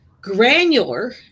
granular